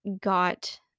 got